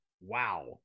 Wow